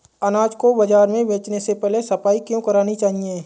अनाज को बाजार में बेचने से पहले सफाई क्यो करानी चाहिए?